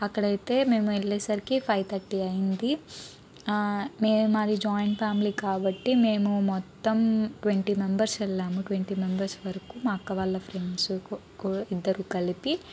అక్కడైతే మేం వెళ్లేసరికి ఫైవ్ థర్టీ అయింది మేం మాది జాయింట్ ఫ్యామిలీ కాబట్టి మేము మొత్తం ట్వంటీ మెంబర్స్ వెళ్ళాము ట్వంటీ మెంబర్స్ వరకు మా అక్క వాళ్ళ ఫ్రెండ్స్ కూ ఇద్దరు కలిపి